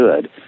good